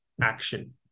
action